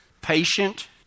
patient